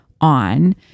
on